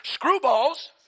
screwballs